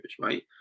Right